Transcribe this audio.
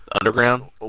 underground